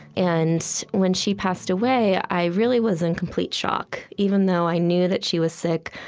and when she passed away, i really was in complete shock. even though i knew that she was sick,